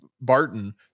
Barton